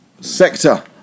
sector